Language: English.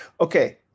Okay